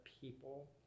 people